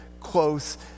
close